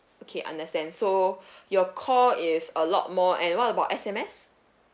okay understand so your call is a lot more and what about S_M_S